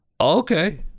okay